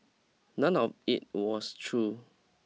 none of it was true